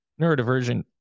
neurodivergent